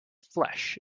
flesh